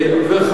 זה סתם.